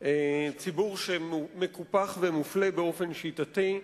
ציבור שמקופח ומופלה באופן שיטתי,